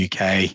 UK